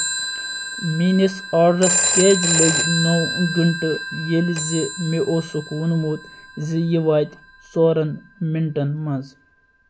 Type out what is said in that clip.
میٛٲنِس آرڈرَس کیٛازِ لٔگۍ نَو گنٛٹہٕ ییٚلہِ زِ مےٚ اوسُکھ ووٚنمُت زِ یہِ واتہِ ژورن مِنٹَن منٛز